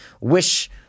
Wish